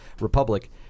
Republic